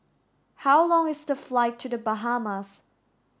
how long is the flight to the Bahamas